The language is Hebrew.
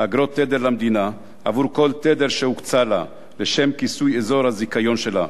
אגרות תדר למדינה עבור כל תדר שהוקצה לה לשם כיסוי אזור הזיכיון שלה,